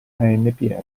anpr